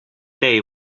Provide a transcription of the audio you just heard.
day